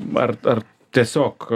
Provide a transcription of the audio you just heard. ar ar tiesiog